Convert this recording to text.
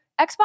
Xbox